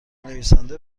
نویسنده